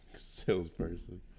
Salesperson